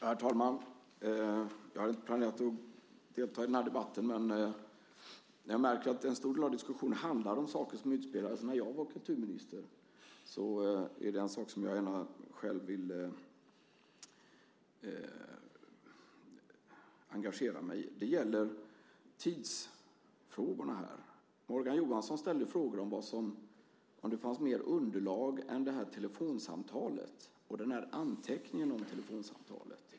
Herr talman! Jag hade inte planerat att delta i den här debatten, men eftersom jag märker att en stor del av diskussionen handlar om saker som utspelades när jag var kulturminister vill jag gärna engagera mig i den. Det gäller tidsfrågorna. Morgan Johansson frågade om det finns mer underlag än telefonsamtalet och anteckningen om telefonsamtalet.